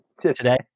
Today